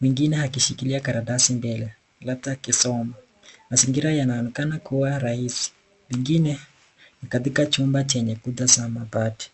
mwingine akishikilia karatasi mbele labda akisoma. Mazingira yanaonekana kua raisi ingine katika chumba yenye kutazama bati.